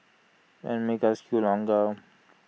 and make us queue longer